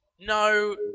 No